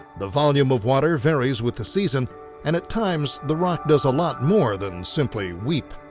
the volume of water varies with the season and at times the rock does a lot more than simply weep.